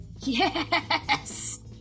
Yes